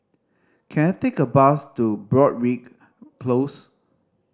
can I take a bus to Broadrick Close